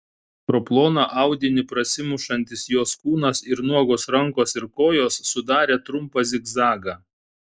pro ploną audinį prasimušantis jos kūnas ir nuogos rankos ir kojos sudarė trumpą zigzagą